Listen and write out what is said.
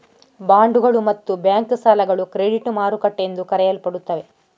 ಬಾಂಡುಗಳು ಮತ್ತು ಬ್ಯಾಂಕ್ ಸಾಲಗಳು ಕ್ರೆಡಿಟ್ ಮಾರುಕಟ್ಟೆ ಎಂದು ಕರೆಯಲ್ಪಡುತ್ತವೆ